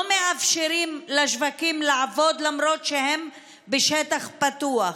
לא מאפשרים לשווקים לעבוד למרות שהם בשטח פתוח,